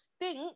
stink